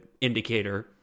indicator